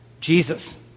Jesus